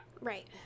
Right